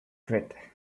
quit